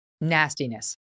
nastiness